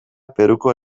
peruko